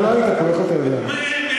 הוא לא הפסיק לדבר בקדנציה הקודמת.